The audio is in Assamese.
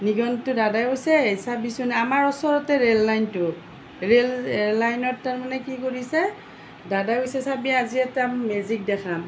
নিগনিটো দাদাই কৈছে চাবিচোন আমাৰ ওচৰতে ৰে'ল লাইনটো ৰে'ল লাইনত তাৰমানে কি কৰিছে দাদাই কৈছে চাবি আজি এটা মেজিক দেখাম